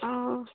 ହଁ